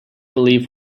believe